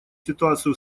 ситуацию